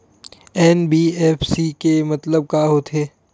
NBFC के मतलब का होथे?